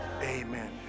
amen